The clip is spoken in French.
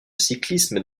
cyclisme